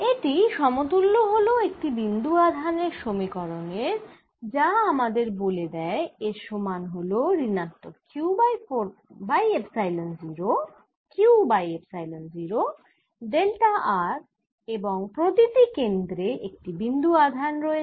এটি সমতুল্য হল একটি বিন্দু আধানের সমিকরনের যা আমাদের বলে দেয় এর সমান হল ঋণাত্মক Q by epsilon 0 delta r এবং প্রতি টি কেন্দ্রে একটি বিন্দু আধান রয়েছে